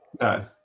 no